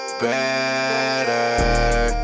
better